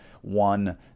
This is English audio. one